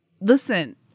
listen